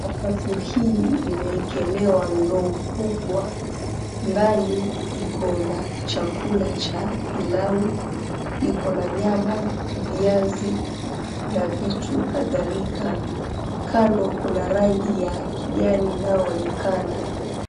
Sakafu hii imeekelewa ndoo kubwa, ndani iko na chakula cha pilau iko na nyama, viazi na vitu kadhalika. Kando kuna rangi ya kijani inayoonekana.